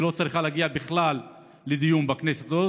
היא לא צריכה להגיע בכלל לדיון בכנסת.